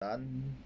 done